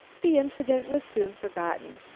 the incident was soon forgotten.